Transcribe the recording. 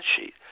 sheet